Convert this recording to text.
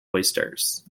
oysters